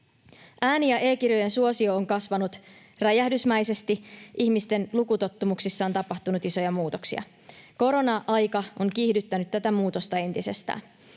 Ääni- ja e-kirjojen suosio on kasvanut räjähdysmäisesti. Ihmisten lukutottumuksissa on tapahtunut isoja muutoksia. Korona-aika on kiihdyttänyt tätä muutosta entisestään.